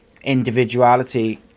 individuality